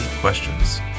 questions